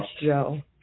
Joe